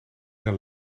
een